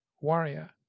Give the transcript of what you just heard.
warrior